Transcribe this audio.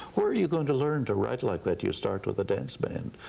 where are you going to learn to write like that? you start with the dance band,